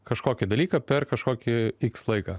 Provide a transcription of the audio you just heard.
kažkokį dalyką per kažkokį iks laiką